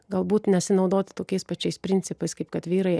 galbūt nesinaudoti tokiais pačiais principais kaip kad vyrai